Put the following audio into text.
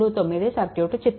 39 circuit చిత్రం